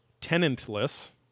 tenantless